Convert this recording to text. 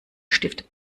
stift